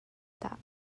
dah